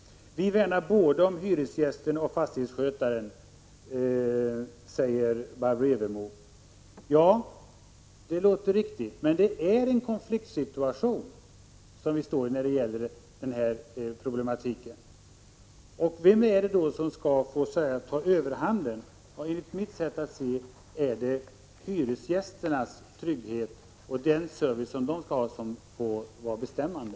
Vi värnar både om hyresgästen och om fastighetsskötaren, säger Barbro Evermo. Ja, det låter riktigt, men vi står här i en konfliktsituation. Vad är det då som skall få väga över? Enligt mitt sätt att se är det hyresgästernas trygghet och behov av service som skall vara bestämmande.